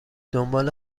دنبال